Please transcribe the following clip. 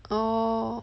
orh